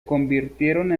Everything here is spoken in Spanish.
convirtieron